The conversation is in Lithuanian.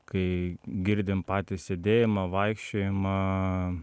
kai girdim patį sėdėjimą vaikščiojimą